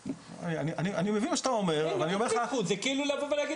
אני מבין את מה שאתה אומר --- זה כאילו לבוא ולהגיד